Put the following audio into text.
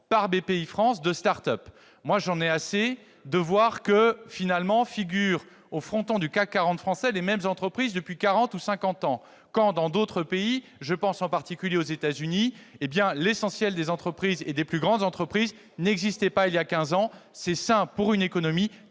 par Bpifrance de start-up. J'en ai assez de voir que figurent au fronton du CAC 40 français les mêmes entreprises depuis quarante ou cinquante ans quand, dans d'autres pays- je pense en particulier aux États-Unis -, l'essentiel des entreprises, et les plus grandes d'entre elles, n'existaient pas il y a quinze ans. Il est sain pour une économie